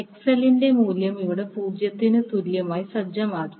XL ന്റെ മൂല്യം ഇവിടെ 0 ന് തുല്യമായി സജ്ജമാക്കി